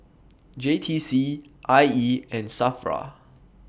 J T C I E and SAFRA